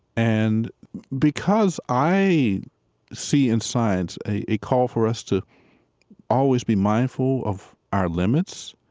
and because i see in science a call for us to always be mindful of our limits,